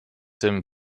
dem